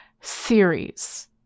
series